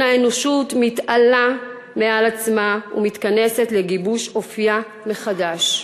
האנושות מתעלה על עצמה ומתכנסת לגיבוש אופייה מחדש.